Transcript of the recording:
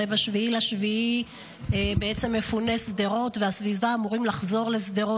הרי ב-7 ביולי מפוני שדרות והסביבה אמורים לחזור לשדרות.